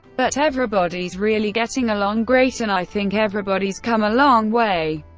but everybody's really getting along great and i think everybody's come a long way,